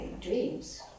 dreams